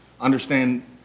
understand